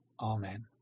Amen